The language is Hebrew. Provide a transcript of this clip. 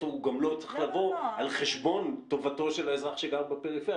הוא גם לא צריך לבוא על חשבון טובתו של האזרח שגר בפריפריה.